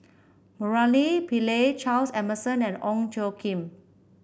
Murali Pillai Charles Emmerson and Ong Tjoe Kim